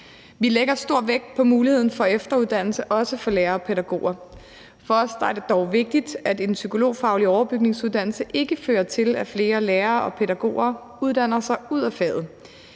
Vi lægger stor vægt på muligheden for efteruddannelse også for lærere og pædagoger. For os er det dog vigtigt, at en psykologfaglig overbygningsuddannelse ikke fører til, at flere lærere og pædagoger uddanner sig ud af faget.